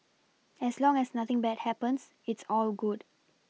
as long as nothing bad happens it's all good